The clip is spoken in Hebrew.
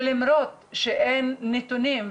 ולמרות שאין נתונים,